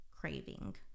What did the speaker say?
craving